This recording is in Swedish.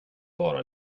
bara